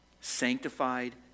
Sanctified